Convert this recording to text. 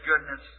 goodness